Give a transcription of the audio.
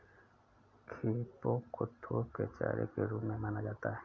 खेपों को तोप के चारे के रूप में माना जाता था